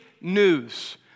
news